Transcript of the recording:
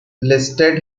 listed